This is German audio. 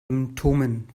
symptomen